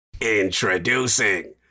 Introducing